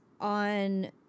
on